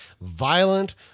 Violent